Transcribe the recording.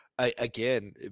Again